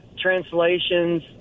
translations